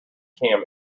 cam